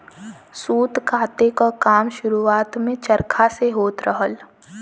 सूत काते क काम शुरुआत में चरखा से होत रहल